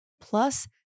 plus